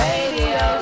Radio